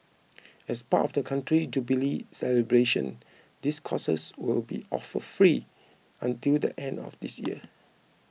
as part of the country's Jubilee celebrations these courses will be offered free until the end of this year